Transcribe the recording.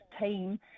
team